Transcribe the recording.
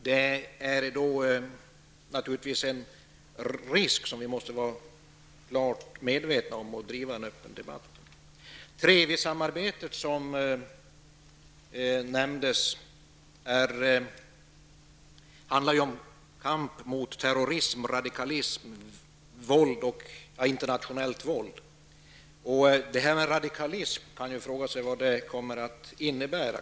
Det är en risk som vi måste vara klart medvetna om och föra en öppen debatt om. TREVI-samarbetet som nämndes handlar om kamp mot terrorism, radikalism och internationellt våld. Man kan fråga sig vad detta med radikalism kommer att innebära.